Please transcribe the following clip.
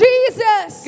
Jesus